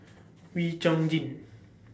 Wee Chong Jin